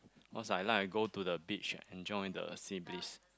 cause I like to go to the beach and enjoy the sea breeze